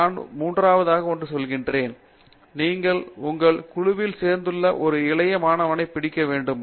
நான் மூன்றாவதாக ஒன்று சொல்கிறேன் நீங்கள் உங்கள் குழுவில் சேர்ந்துள்ள ஒரு இளைய மாணவனை பிடிக்க வேண்டும்